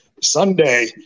Sunday